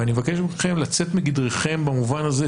אני מבקש מכם לצאת מגדרכם במובן הזה,